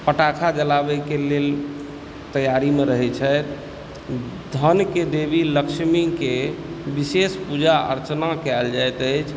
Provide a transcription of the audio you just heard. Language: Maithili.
पटाखा जलाबयके लेल तैयारीमे रहय छथि धनके देवी लक्ष्मीके विशेष पूजा अर्चना कयल जाइत अछि